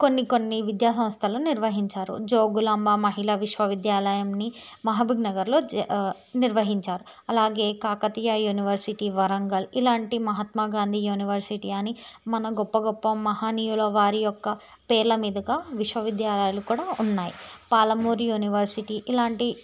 కొన్ని కొన్ని విద్యాసంస్థలు నిర్వహించారు జోగులాంబ మహిళా విశ్వవిద్యాలయాన్ని మహబూబ్నగర్లో జ నిర్వహించారు అలాగే కాకతీయ యూనివర్సిటీ వరంగల్ ఇలాంటి మహాత్మా గాంధీ యూనివర్సిటీ అని మన గొప్ప గొప్ప మహనీయుల వారి యొక్క పేర్ల మీదుగా విశ్వవిద్యాలయాలు కూడా ఉన్నాయి పాలమూరు యూనివర్సిటీ ఇలాంటి